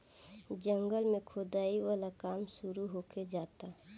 जंगल में खोदाई वाला काम शुरू होखे जाता